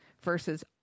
versus